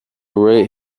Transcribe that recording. right